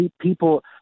people